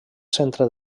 centre